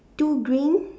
two green